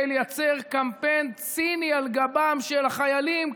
לייצר קמפיין ציני על גבם של החיילים,